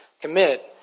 commit